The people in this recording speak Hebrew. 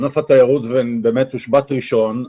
ענף התיירות באמת הושבת ראשון.